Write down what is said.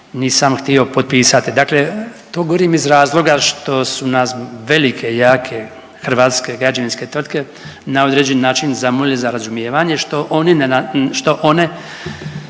nisam htio potpisati. Dakle, to govorim iz razloga što su nas velike i jake hrvatske građevinske tvrtke na određen način zamolili za razumijevanje što oni